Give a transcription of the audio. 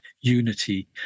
unity